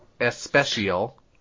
especial